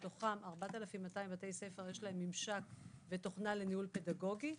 מתוכם 4,200 בתי ספר יש להם ממשק ותוכנה לניהול פדגוגי,